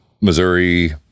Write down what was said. Missouri